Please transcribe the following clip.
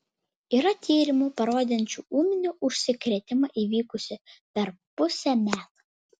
yra tyrimų parodančių ūminį užsikrėtimą įvykusį per pusę metų